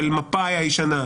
של מפא"י הישנה,